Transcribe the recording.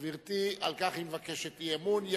גברתי, על כך היא מבקשת אי-אמון.